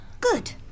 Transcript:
Good